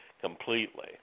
completely